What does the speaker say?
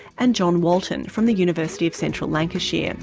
and john walton, from the university of central lancashire. and